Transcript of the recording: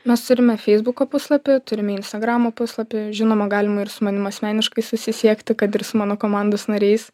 mes turime feisbuko puslapį turime instagramo puslapį žinoma galima ir su manim asmeniškai susisiekti kad ir su mano komandos nariais